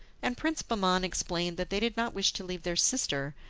and prince bahman explained that they did not wish to leave their sister,